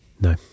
no